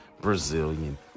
Brazilian